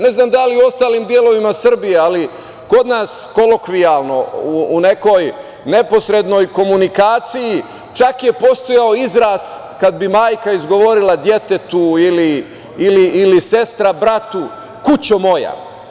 Ne znam da li u ostalim delovima Srbije, ali kod nas kolokvijalno u nekoj neposrednoj komunikaciji, čak je postojao izraz kad bi majka izgovorila detetu ili sestra bratu – kućo moja.